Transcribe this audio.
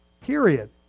Period